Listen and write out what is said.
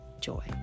joy